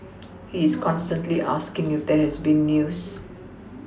he is constantly asking if there has been news